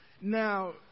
Now